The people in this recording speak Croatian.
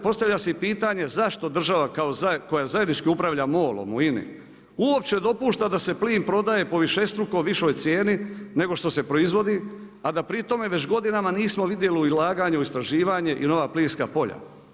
Postavlja se i pitanje zašto država koja zajednički upravlja MOL-om u INA-i uopće dopušta da se plin prodaje po višestruko višoj cijeni nego što se proizvodi a da pri tome već godinama nismo vidjeli ulaganje u istraživanje i nova plinska polja?